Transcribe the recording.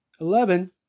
Eleven